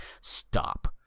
Stop